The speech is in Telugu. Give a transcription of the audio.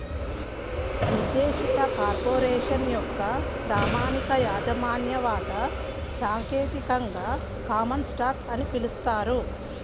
నిర్దేశిత కార్పొరేషన్ యొక్క ప్రామాణిక యాజమాన్య వాటా సాంకేతికంగా కామన్ స్టాక్ అని పిలుస్తారు